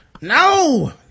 no